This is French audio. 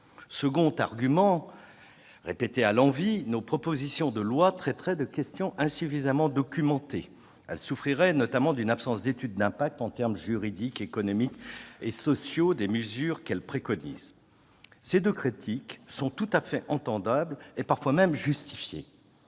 Second argument, répété à l'envi : nos propositions de loi traiteraient de questions insuffisamment documentées. Elles souffriraient notamment d'une absence d'étude d'impact sur les conséquences juridiques, économiques et sociales des mesures qu'elles préconisent. Ces deux critiques sont tout à fait audibles, et parfois même justifiées.